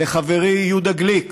לחברי יהודה גליק